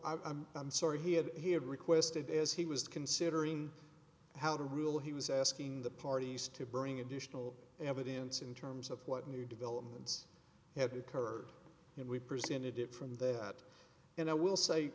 i'm sorry he had he had requested as he was considering how to rule he was asking the parties to bring additional evidence in terms of what new developments had occurred and we presented it from that and i will say